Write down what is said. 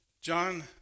John